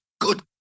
Good